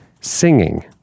Singing